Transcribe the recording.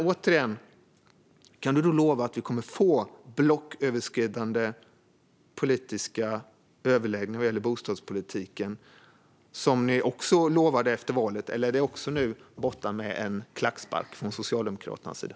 Återigen: Kan du lova att vi kommer att få blocköverskridande politiska överläggningar vad gäller bostadspolitiken, som ni lovade efter valet, eller är också det nu borta med en klackspark från Socialdemokraternas sida?